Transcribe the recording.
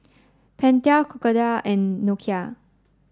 Pentel Crocodile and Nokia